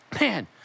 man